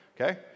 okay